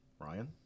Ryan